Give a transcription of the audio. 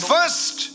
first